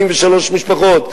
43 משפחות,